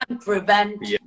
prevent